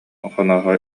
хонооһой